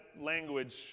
language